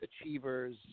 achievers